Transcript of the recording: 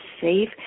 safe